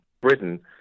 Britain